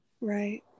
right